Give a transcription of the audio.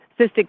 cystic